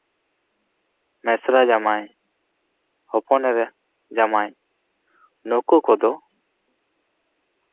ᱢᱤᱥᱨᱟ ᱡᱟᱶᱟᱭ ᱦᱚᱯᱚᱱ ᱮᱨᱟ ᱡᱟᱶᱟᱭ ᱱᱩᱠᱩ ᱠᱚᱫᱚ